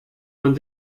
man